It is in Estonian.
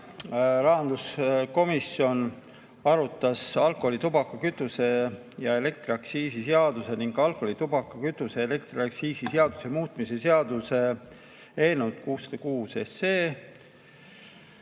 Rahanduskomisjon arutas alkoholi-, tubaka-, kütuse- ja elektriaktsiisi seaduse ning alkoholi-, tubaka-, kütuse- ja elektriaktsiisi seaduse muutmise seaduse eelnõu 606